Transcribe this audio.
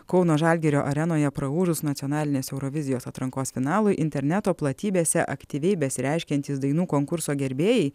kauno žalgirio arenoje praūžus nacionalinės eurovizijos atrankos finalui interneto platybėse aktyviai besireiškiantys dainų konkurso gerbėjai